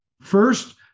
First